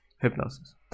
hypnosis